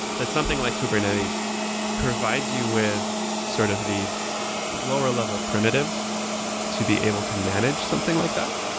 that something like kubernetes provides you with sort of these lower-level primitives to be able to manage something like that.